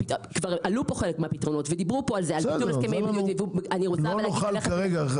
כבר עלו פה חלק מהפתרונות ודיברו פה על ביטול --- לא נוכל כרגע.